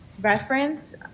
reference